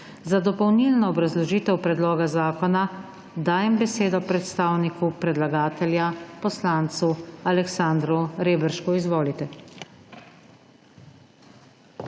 Za dopolnilno obrazložitev predloga zakona dajem besedo predstavniku predlagatelja gospodu Tomažu Liscu. Izvolite.